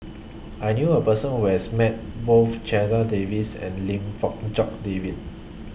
I knew A Person Who has Met Both Checha Davies and Lim Fong Jock David